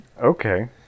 Okay